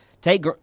Take